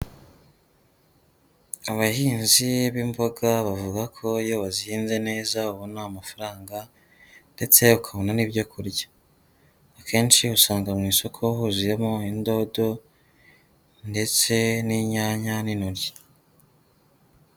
Abahinzi b'imboga bavuga ko iyo wazihinze neza, ubona amafaranga ndetse ukabona n'ibyo kurya. Akenshi usanga mu isoko huzuyemo idodo ndetse n'inyanya n'intoryi.